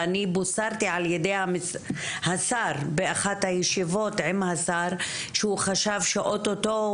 ואני בושרתי על ידי השר באחת הישיבות עם השר כי הוא חשב שאוטוטו,